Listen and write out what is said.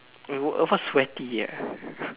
it was sweaty ah